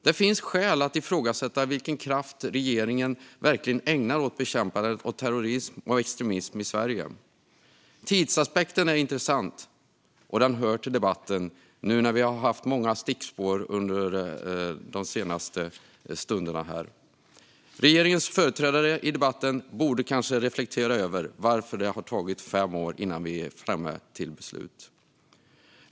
Det finns skäl att ifrågasätta vilken kraft regeringen verkligen ägnar åt bekämpandet av terrorism och extremism i Sverige. Tidsaspekten är intressant, och den hör till debatten. Vi har haft många stickspår här en stund. Regeringens företrädare i debatten borde kanske reflektera över varför det har tagit fem år innan vi kommit fram till beslut.